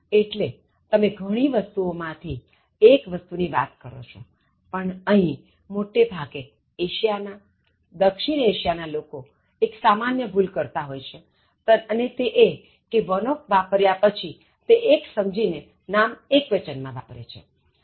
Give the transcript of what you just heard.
એટલે તમે ઘણી વસ્તુઓ માં થી એક વસ્તુની વાત કરો છો પણ અહીં મોટા ભાગે એશિયા ના દક્ષિણ એશિયાના લોકો એક સામાન્ય ભૂલ કરતા હોય છે અને તે એ કે one of વાપર્યા પછી તે એક સમજી ને નામ એક્વચનમાં વાપરે છે